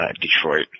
Detroit